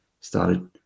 started